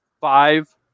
five